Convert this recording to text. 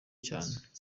cyane